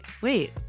wait